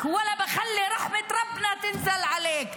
(אומרת בערבית:).